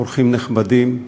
אורחים נכבדים,